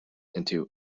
into